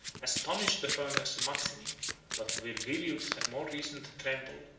astonished the firmness of maximin but vigilius had more reason to tremble,